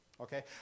okay